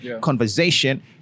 conversation